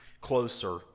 closer